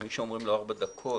מי שאומרים לו ארבע דקות,